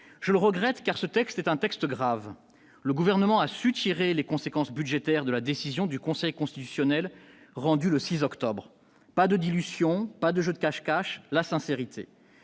je le regrette car ce texte est un texte grave, le gouvernement a su tirer les conséquences budgétaires de la décision du Conseil constitutionnel, rendu le 6 octobre pas de dilution, pas de jeu de cache-cache la sincérité,